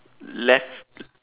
left